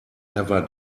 never